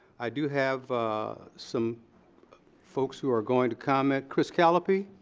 i do have some folks who are going to comment. chris calliope.